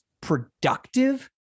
productive